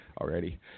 already